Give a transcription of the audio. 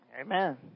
Amen